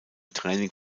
training